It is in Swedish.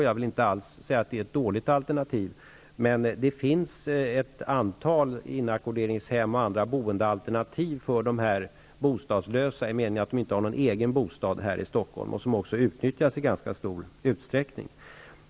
Jag vill inte alls påstå att det är ett dåligt alternativ, men det finns ett antal inackorderingshem och andra boendealternativ för dem som är bostadslösa i den meningen att de inte har någon egen bostad här i Stockholm, och de utnyttjas också i ganska stor utsträckning.